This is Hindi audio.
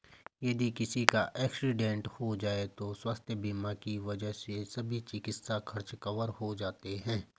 यदि किसी का एक्सीडेंट हो जाए तो स्वास्थ्य बीमा की वजह से सभी चिकित्सा खर्च कवर हो जाते हैं